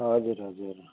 हजुर हजुर